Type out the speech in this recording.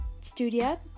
studio